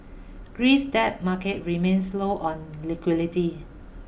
Greece debt market remains low on liquidity